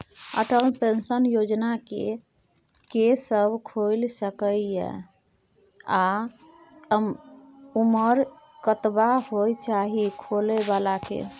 Atal pension Yojana के के सब खोइल सके इ आ उमर कतबा होय चाही खोलै बला के?